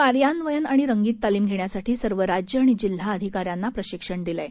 कार्यान्वयन आणि रंगीत तालीम घेण्यासाठी सर्व राज्यं आणि जिल्हा अधिकाऱ्यांना प्रशिक्षण दिलं आहे